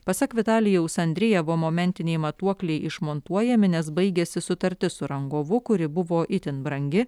pasak vitalijaus andrejevo momentiniai matuokliai išmontuojami nes baigiasi sutartis su rangovu kuri buvo itin brangi